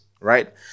right